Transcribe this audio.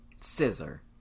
Scissor